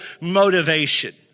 motivation